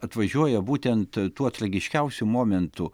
atvažiuoja būtent tuo tragiškiausiu momentu